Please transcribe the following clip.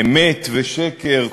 אמת ושקר,